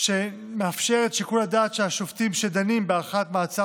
שמאפשר את שיקול הדעת של השופטים שדנים בהארכת מעצר